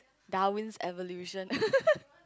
Darwin's evolution